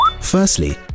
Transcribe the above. Firstly